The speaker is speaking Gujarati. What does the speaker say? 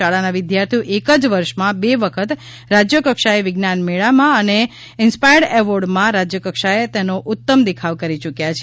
શાળાના વિદ્યાર્થીઓ એકજ વર્ષમાં બે વખત રાજ્ય કક્ષાએ વિજ્ઞાન મેળામાં અને ઇન્સ્પાયર્ડ એવોર્ડ માં રાજ્ય કક્ષાએ તેનો ઉત્તમ દેખાવ કરી ચુકી છે